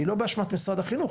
שהיא לא באשמת משרד החינוך,